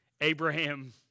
Abraham